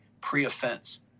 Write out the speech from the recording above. pre-offense